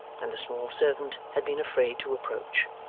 and the small servant had been afraid to approach.